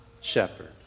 shepherd